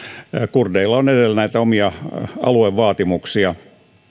kurdeilla on edelleen näitä omia aluevaatimuksia